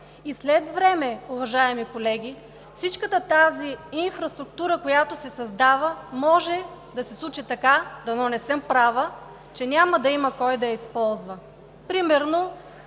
След време, уважаеми колеги, всичката инфраструктура, която се създава – може да се случи така, дано не съм права, че няма да има кой да я използва. Например